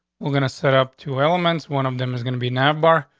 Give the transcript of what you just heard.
we're gonna set up two elements. one of them is gonna be nab our.